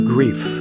Grief